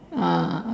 ah